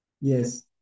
Yes